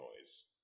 noise